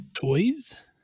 toys